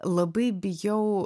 labai bijau